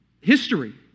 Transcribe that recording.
history